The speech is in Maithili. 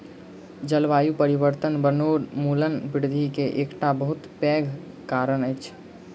जलवायु परिवर्तन वनोन्मूलन वृद्धि के एकटा बहुत पैघ कारण अछि